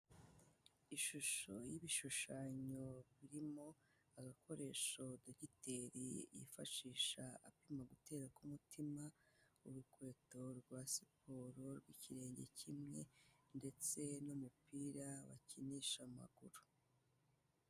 Ishusho y'ibishushanyo birimo agakoresho dogiteri yifashisha apima gutera k'umutima urukweto rwa siporo ikirenge kimwe ndetse n'umupira bakinisha amaguru.